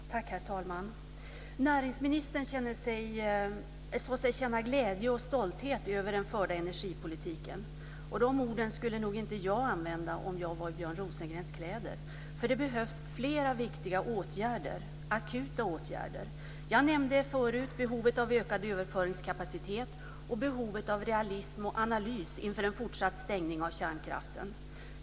Herr talman! Näringsministern sade sig känna glädje och stolthet över den förda energipolitiken. De orden skulle jag nog inte använda om jag var i Björn Rosengrens kläder. Det behövs fler åtgärder, akuta åtgärder. Jag nämnde förut behovet av ökad överföringskapacitet och behovet av realism och analys inför en fortsatt stängning av kärnkraften.